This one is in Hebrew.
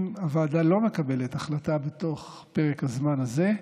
אם הוועדה לא מקבלת החלטה בתוך פרק הזמן הזה,